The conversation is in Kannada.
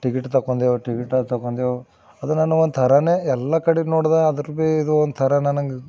ಟಿಕೆಟ್ ತೊಗೊಂಡೆವು ಟಿಕೆಟ್ ತೊಗೊಂಡೆವು ಅದು ನಾನು ಒಂಥರನೇ ಎಲ್ಲ ಕಡೆ ನೋಡಿದ ಆದರೂ ಭಿ ಇದು ಒಂಥರ ನನಗೆ